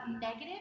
negative